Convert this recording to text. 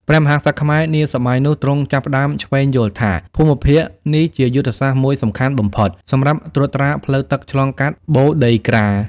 ព្រះមហាក្សត្រខ្មែរនាសម័យនោះទ្រង់ចាប់ផ្តើមឈ្វេងយល់ថា ភូមិភាគនេះជាយុទ្ធសាស្ត្រមួយសំខាន់បំផុត សម្រាប់ត្រួតត្រាផ្លូវទឹកឆ្លងកាត់ បូរដីក្រា។